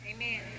Amen